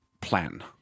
plan